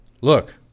Look